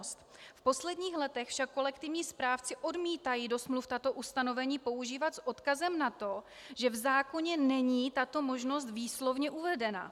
V posledních letech však kolektivní správci odmítají do smluv tato ustanovení používat s odkazem na to, že v zákoně není tato možnost výslovně uvedena.